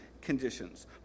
conditions